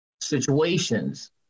situations